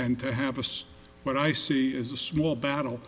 and to have a say but i see is a small battle